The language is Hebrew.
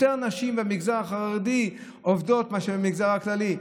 יותר נשים במגזר החרדי עובדות מאשר במגזר הכללי.